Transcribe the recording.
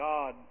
God